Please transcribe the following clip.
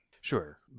Sure